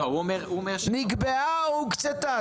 נקבעה או הוקצתה?